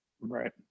Right